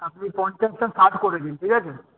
আপনি পঞ্চাশটা ষাট করে দিন ঠিক আছে